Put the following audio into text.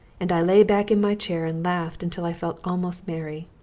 and i lay back in my chair and laughed until i felt almost merry.